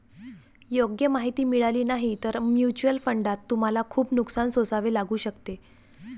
योग्य माहिती मिळाली नाही तर म्युच्युअल फंडात तुम्हाला खूप नुकसान सोसावे लागू शकते